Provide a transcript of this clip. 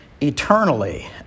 eternally